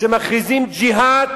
שמכריזים ג'יהאד